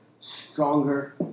stronger